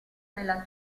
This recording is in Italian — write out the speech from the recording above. nella